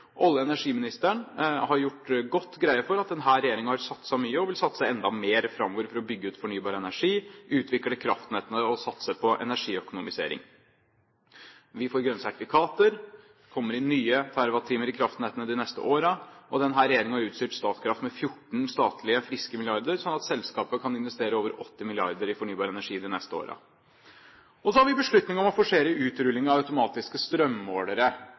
Olje- og energiministeren har gjort godt greie for at denne regjeringen har satset mye og vil satse enda mer framover for å bygge ut fornybar energi, utvikle kraftnettene og satse på energiøkonomisering. Vi får grønne sertifikater, og det kommer inn nye terawatt-timer i kraftnettene de neste årene. Denne regjeringen har utstyrt Statkraft med 14 statlige, friske milliarder, slik at selskapet kan investere over 80 mrd. kr i fornybar energi de neste årene. Så har vi beslutningen om å forsere utrulling av automatiske strømmålere